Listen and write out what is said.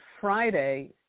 Friday